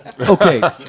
Okay